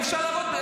אי-אפשר לעבוד.